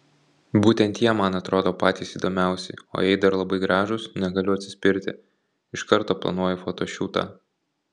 būtent jie man atrodo patys įdomiausi o jei dar labai gražūs negaliu atsispirti iš karto planuoju fotošiūtą